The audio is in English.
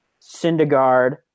Syndergaard